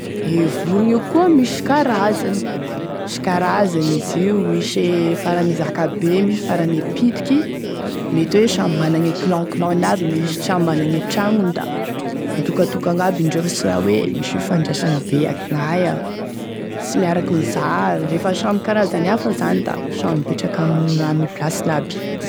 E vorogny io koa misy karazany, misy karazany izy io, misy e farany e zakabe, misy e farany pitiky; mety hoe samby manangny e clan clan' aby, misy samby managne tragnony da mitokatokagny aby indreo sy raha hoe misy fifandraisany be akognaia, sy miaraky miza, refa samy karazany hafa zany da samy mipetraky ame classiny aby.